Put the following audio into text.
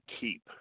keep